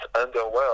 underworld